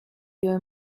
your